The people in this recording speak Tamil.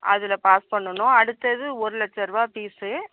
அதில் பாஸ் பண்ணணும் அடுத்தது ஒரு லட்சரூபா ஃபீஸு